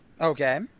Okay